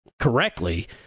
correctly